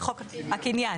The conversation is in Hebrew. הקניין.